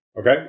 Okay